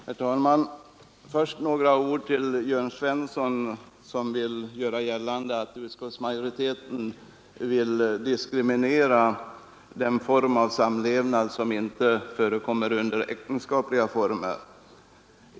Herr talman! Först några ord till herr Jörn Svensson som vill göra gällande att utskottsmajoriteten diskriminerar den samlevnad som inte har äktenskapets form.